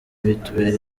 bitubere